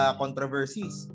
controversies